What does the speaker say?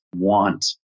want